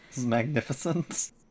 Magnificent